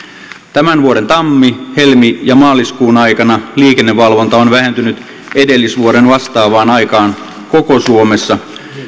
tämän vuoden tammi helmi ja maaliskuun aikana liikennevalvonta on vähentynyt verrattuna edellisvuoden vastaavaan aikaan koko suomessa